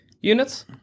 units